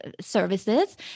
services